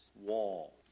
wall